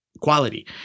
quality